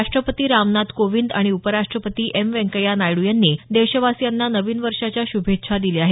राष्टपती रामनाथ कोविंद आणि उपराष्ट्रपती एम व्यंकय्या नायडू यांनी देशवासियांना नवीन वर्षाच्या श्भेच्छा दिल्या आहेत